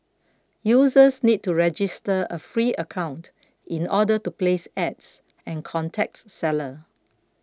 users need to register a free account in order to place ads and contacts seller